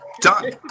Done